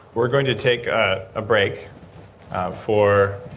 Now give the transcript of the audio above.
we're going to take a break for